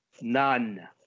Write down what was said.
None